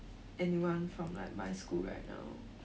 anyone from like my school right now